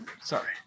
Sorry